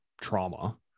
trauma